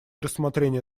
рассмотрение